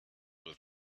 with